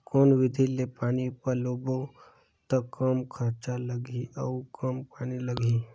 कौन विधि ले पानी पलोबो त कम खरचा लगही अउ कम पानी लगही?